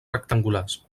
rectangulars